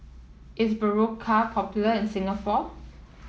is Berocca popular in Singapore